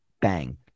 Bang